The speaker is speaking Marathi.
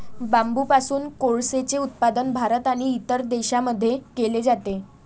बांबूपासून कोळसेचे उत्पादन भारत आणि इतर देशांमध्ये केले जाते